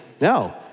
No